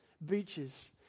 Beaches